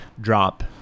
drop